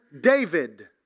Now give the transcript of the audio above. David